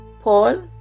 Paul